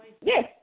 Yes